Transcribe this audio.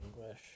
English